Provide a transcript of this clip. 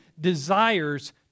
desires